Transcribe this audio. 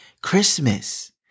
Christmas